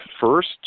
first